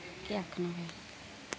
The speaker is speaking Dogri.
केह् आक्खना